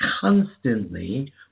constantly